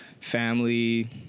family